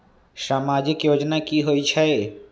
समाजिक योजना की होई छई?